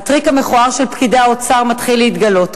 הטריק המכוער של פקידי האוצר מתחיל להתגלות,